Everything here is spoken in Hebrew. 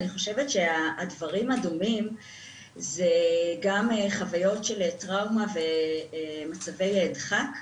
אני חושבת שהדברים הדומים זה גם חוויות של טראומה ומצבי דחק,